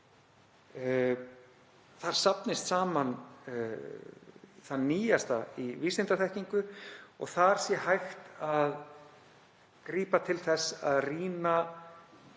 Þar safnist saman það nýjasta í vísindaþekkingu og þar sé hægt að grípa til þess að rýna